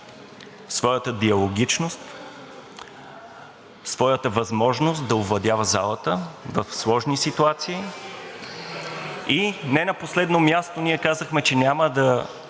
своята диалогичност, своята възможност да овладява залата в сложни ситуации. И не на последно място – ние казахме, че няма да